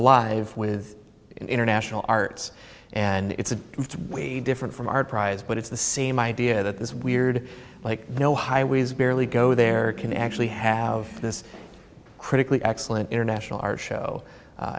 alive with international arts and it's a different from art prize but it's the same idea that this weird like no highways barely go there can actually have this critically excellent international art show